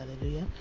hallelujah